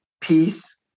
peace